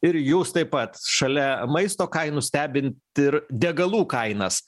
ir jūs taip pat šalia maisto kainų stebint ir degalų kainas